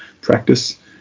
practice